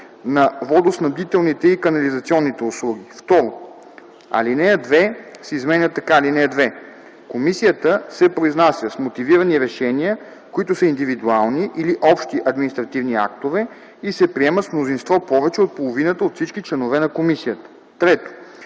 на водоснабдителните и канализационните услуги.” 2. Алинея 2 се изменя така: „(2) Комисията се произнася с мотивирани решения, които са индивидуални или общи административни актове и се приемат с мнозинство повече от половината от всички членове на комисията.” 3.